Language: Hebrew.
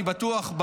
אני בטוח,